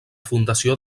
fundació